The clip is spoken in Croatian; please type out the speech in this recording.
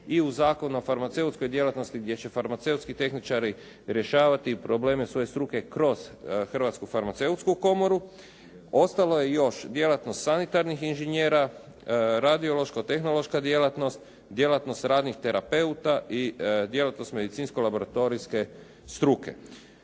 i u Zakonu o farmaceutskoj djelatnosti gdje će farmaceutski tehničari rješavati probleme svoje struke kroz Hrvatsku farmaceutsku komoru. Ostalo je još djelatnost sanitarnih inženjera, radiološko-tehnološka djelatnost, djelatnost radnih terapeuta i djelatnost medicinsko-laboratorijske struke.